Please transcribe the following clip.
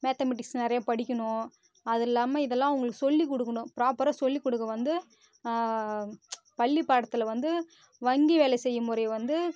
mathematics நிறைய படிக்கணும் அதுவும் இல்லாமல் இதல்லாம் அவங்களுக்கு சொல்லிக் கொடுக்குணும் ப்ராப்பராக சொல்லிக் கொடுக்க வந்து பள்ளி பாடத்தில் வந்து வங்கி வேலை செய்யும் முறை வந்து